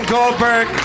Goldberg